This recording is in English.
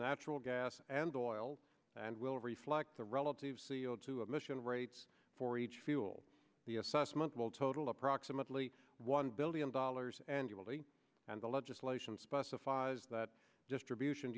natural gas and oil and will reflect the relative c o two emission rates for each fuel the assessment will total approximately one billion dollars annually and the legislation specifies that distribution